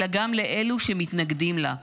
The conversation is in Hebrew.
אלא גם לאלו שמתנגדים לה.